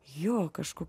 jo kažko